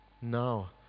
now